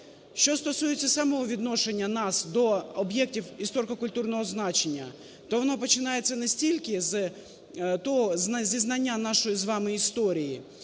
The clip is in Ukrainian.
Що стосується самого відношення нас до об'єктів історико-культурного значення. То воно починається не стільки з того, зі знання нашої з вами історії,